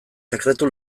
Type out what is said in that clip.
sekretu